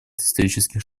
исторических